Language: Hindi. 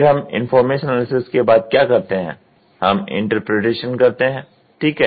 फिर हम इंफोरनाशन एनालिसिस के बाद क्या करते हैं हम इंटरप्रिटेशन करते हैं ठीक है